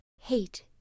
Hate